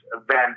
event